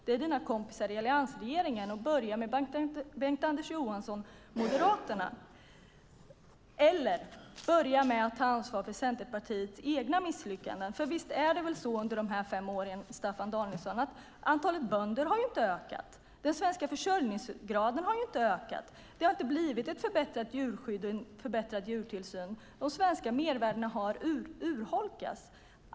Det är dina kompisar i alliansregeringen. Börja med Bengt-Anders Johansson från Moderaterna! Eller börja med att ta ansvar för Centerpartiets egna misslyckanden! För inte har antalet bönder ökat under de här fem åren, Staffan Danielsson. Den svenska försörjningsgraden har inte ökat. Det har inte blivit ett förbättrat djurskydd och en förbättrad djurtillsyn. De svenska mervärdena har urholkats.